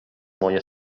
moje